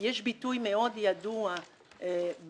יש ביטוי מאוד ידוע בקרב